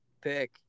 pick